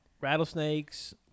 rattlesnakes